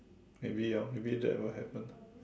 maybe ah maybe that would happen lah